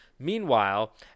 Meanwhile